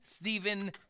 Stephen